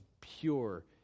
pure